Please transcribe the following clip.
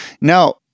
Now